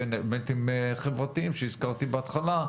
ואלמנטים חברתיים שהזכרתי בהתחלה,